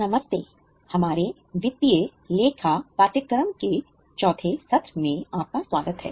नमस्ते हमारे वित्तीय लेखा पाठ्यक्रम के चौथे सत्र में आपका स्वागत है